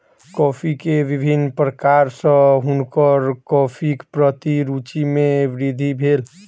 coffee के विभिन्न प्रकार सॅ हुनकर कॉफ़ीक प्रति रूचि मे वृद्धि भेल